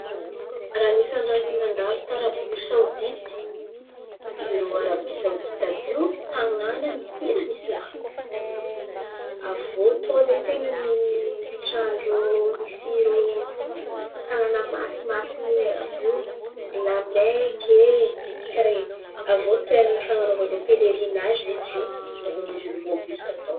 Raha anisan̈y raha nandalo ta Arabia Saodity irô Arabia Saodity àby iô tan̈àna nipoiran’Islamo. Avô tao izen̈y ten̈a nipitrahan-drô nisy irô tanàn̈a masimasin̈y àby iô ry Lameky karà in̈y. Avô toerana fanan̈ôvan-drô pelerinazy zen̈y izo irô Miozolmany hisaka tôn̈o.